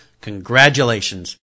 congratulations